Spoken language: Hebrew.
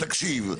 תקשיב,